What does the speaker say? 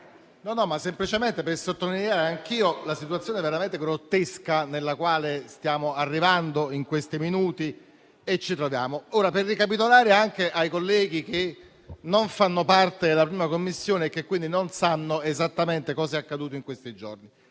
Vorrei semplicemente sottolineare anch'io la situazione veramente grottesca nella quale ci troviamo. Per ricapitolare anche ai colleghi che non fanno parte della 1a Commissione, e che quindi non sanno esattamente cosa è accaduto in questi giorni,